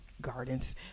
gardens